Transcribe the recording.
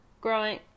growing